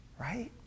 right